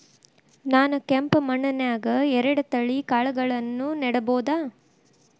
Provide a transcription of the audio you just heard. ನಾನ್ ಕೆಂಪ್ ಮಣ್ಣನ್ಯಾಗ್ ಎರಡ್ ತಳಿ ಕಾಳ್ಗಳನ್ನು ನೆಡಬೋದ?